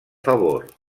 favor